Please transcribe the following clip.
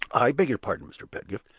i beg your pardon, mr. pedgift,